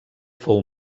fou